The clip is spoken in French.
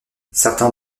certains